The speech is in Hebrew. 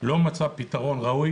ממשלת ישראל לא מצאה פתרון ראוי